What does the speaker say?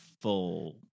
full